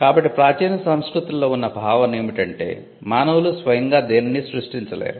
కాబట్టి ప్రాచీన సంస్కృతులలో ఉన్న భావన ఏమిటంటే మానవులు స్వయంగా దేనినీ సృష్టించలేదు